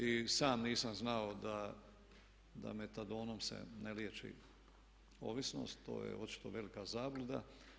I sam nisam znao da metadonom se ne liječi ovisnost, to je očito velika zabluda.